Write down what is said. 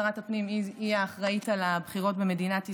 שרת הפנים היא האחראית לבחירות במדינת ישראל.